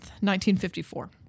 1954